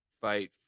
fight